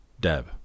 Deb